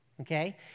okay